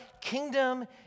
kingdom